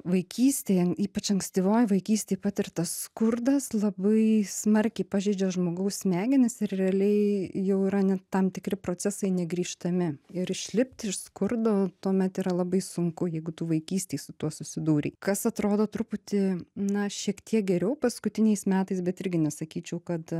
vaikystėje ypač ankstyvoj vaikystėj patirtas skurdas labai smarkiai pažeidžia žmogaus smegenis ir realiai jau yra ne tam tikri procesai negrįžtami ir išlipti iš skurdo tuomet yra labai sunku jeigu tu vaikystėj su tuo susidūrei kas atrodo truputį na šiek tiek geriau paskutiniais metais bet irgi nesakyčiau kad